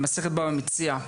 מסכת בבא מציעא,